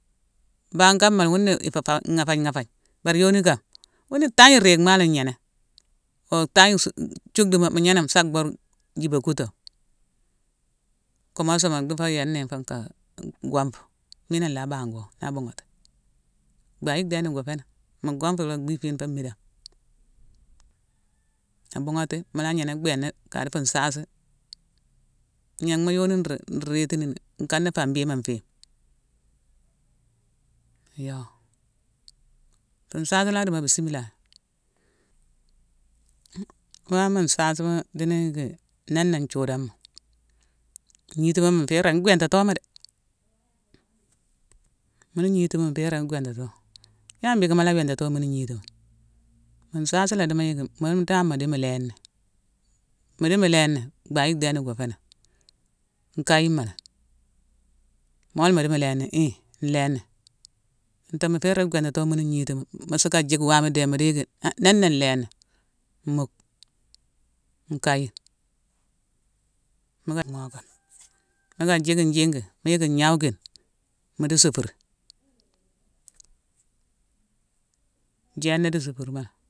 Mbangh kama, wuné i fé- fa- ghafégne- ghafégne. Bari yoni kama, wune ntagne riimaa lé i gnéné; oo tagne-suk juckduma mu gnéname sa bur: jiba kuto; kumasima dhi fo yéne né fé naka gwonfo, mina nlaa bango nan abughati. Bhaye dhééne go féénangh, mu gwonfo lo bhii fiine fo mmidangh.abughati, mu la gnéné bééna ka di fu nsaasi: gnanghma yoni nruu rééti ni, nkana fa mbiima nfééme. Yo, fu nsaasi la dimo bisimilaye. wama mu nsaasima di ni yicki néne njthiuda mo, ngnitima, mu fé ringi gwintatomi dé. Mune ngiti mune mu fé ringi gwintatomi. Ya la mbhiiké mu la wintato mune ngniti mune? Mu nsaasi dimo yicki mong dan mu di mu lééni. Mu di mu lééni, bhaye dhééne go fénan: nkayiima la ni. Mo la mu di mu lééni, hii nlééni antong mu fé ringi gwintato mune ngniti mune, mu sucka jick waame dé, mu diiki han néne nlééni; muck, nkayine. Mu fé mmookane. mu ka jick njiiki, mu yick ngnawe kine, muu di sufiri. Jééna di sufiri ma langhi.